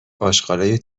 آشغالای